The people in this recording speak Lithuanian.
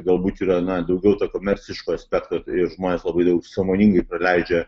galbūt yra na daugiau komerciško aspekto ir žmonės labai daug sąmoningai praleidžia